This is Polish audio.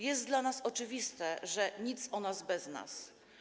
Jest dla nas oczywiste, że „nic o nas bez nas”